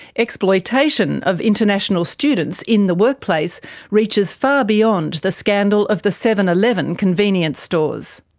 exploitation of international students in the workplace reaches far beyond the scandal of the seven eleven convenience stores.